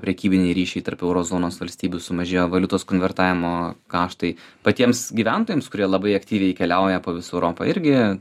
prekybiniai ryšiai tarp euro zonos valstybių sumažėjo valiutos konvertavimo kaštai patiems gyventojams kurie labai aktyviai keliauja po visą europą irgi